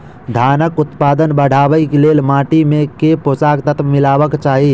धानक उत्पादन बढ़ाबै लेल माटि मे केँ पोसक तत्व मिलेबाक चाहि?